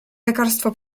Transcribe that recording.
lekarstwo